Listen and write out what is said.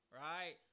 Right